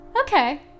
Okay